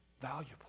valuable